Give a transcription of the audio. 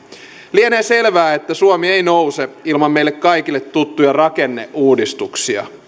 lienee selvää että suomi ei nouse ilman meille kaikille tuttuja rakenneuudistuksia